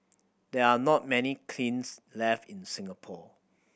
there are not many kilns left in Singapore